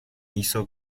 hizo